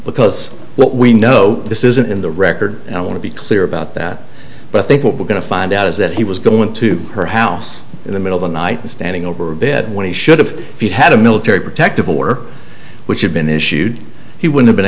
because we know this isn't in the record and i want to be clear about that but i think what we're going to find out is that he was going to her house in the middle of the night standing over a bed when he should have had a military protective order which had been issued he would have been